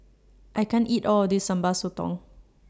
I can't eat All of This Sambal Sotong